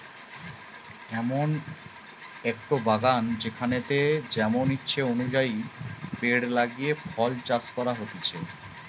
এমন একটো বাগান যেখানেতে যেমন ইচ্ছে অনুযায়ী পেড় লাগিয়ে ফল চাষ করা হতিছে